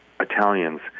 Italians